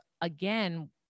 again